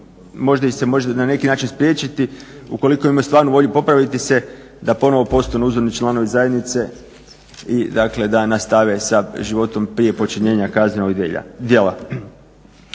možda ih se može na neki način spriječiti ukoliko imaju stvarnu volju popraviti se da ponovno postanu uzorni članovi zajednice i dakle, da nastave sa životom prije počinjenja kaznenog djela.